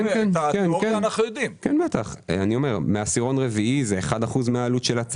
אלא מדובר בקרן שמממנת את כל הסכום של הדירה